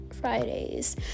Fridays